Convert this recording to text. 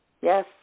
Yes